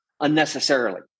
unnecessarily